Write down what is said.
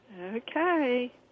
Okay